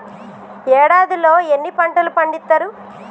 ఏడాదిలో ఎన్ని పంటలు పండిత్తరు?